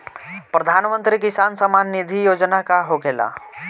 प्रधानमंत्री किसान सम्मान निधि योजना का होखेला?